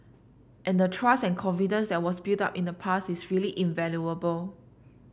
and the trust and confidence that was built up in the past is really invaluable